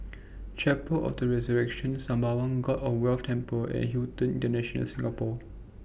Chapel of The Resurrection Sembawang God of Wealth Temple and Hilton International Singapore